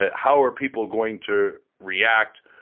ah how are people going to react?